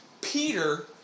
Peter